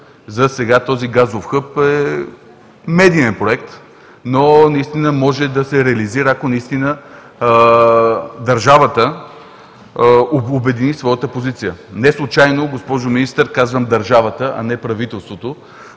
Засега този газов хъб е медиен проект, но може и да се реализира, ако държавата обедини своята позиция. Неслучайно, госпожо Министър, казвам „държавата“, а не „правителството“,